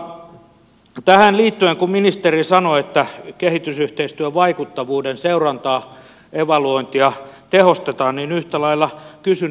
mutta tähän liittyen kun ministeri sanoi että kehitysyhteistyön vaikuttavuuden seurantaa evaluointia tehostetaan niin yhtä lailla kysyn